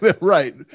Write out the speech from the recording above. Right